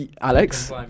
Alex